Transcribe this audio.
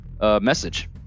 message